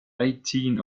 eighteen